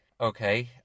Okay